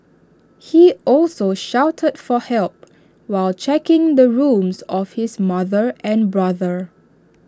he also shouted for help while checking the rooms of his mother and brother